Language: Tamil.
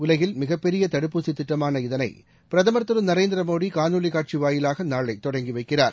உலகில் மிகப்பெரியதடுப்பூசிதிட்டமான இதனைபிரதமா் திருநரேந்திரமோடிகாணொலிகாட்சிவாயிலாகநாளைதொடங்கிவைக்கிறார்